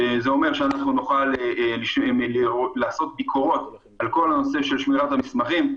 זה אומר שאנחנו נוכל לעשות ביקורות על כל הנושא של שמירת המסמכים.